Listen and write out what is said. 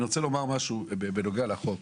אני רוצה לומר משהו בנוגע להצעת החוק.